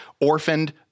orphaned